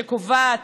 שקובע את